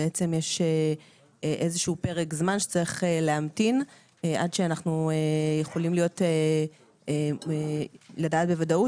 בעצם יש איזה שהוא פרק זמן שצריך להמתין עד שאנחנו יכולים לדעת בוודאות